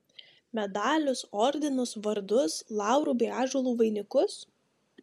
medalius ordinus vardus laurų bei ąžuolų vainikus